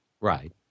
Right